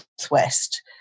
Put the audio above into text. Northwest